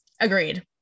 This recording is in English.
Agreed